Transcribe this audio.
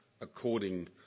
according